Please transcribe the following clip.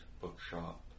Bookshop